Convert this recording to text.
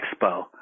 expo